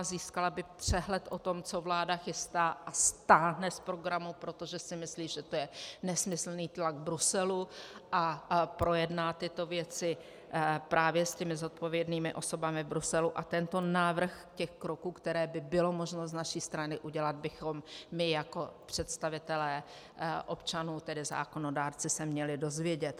Získala by přehled o tom, co vláda chystá a stáhne z programu, protože si myslí, že to je nesmyslný tlak Bruselu, a projedná tyto věci právě s těmi zodpovědnými osobami v Bruselu a tento návrh kroků, které by bylo možno z naší strany udělat, bychom my jako představitelé občanů, tedy zákonodárci, se měli dozvědět.